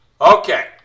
Okay